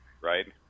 right